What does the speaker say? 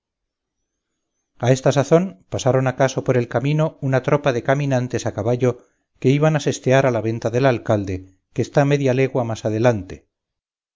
a esta sazón pasaron acaso por el camino una tropa de caminantes a caballo que iban a sestear a la venta del alcalde que está media legua más adelante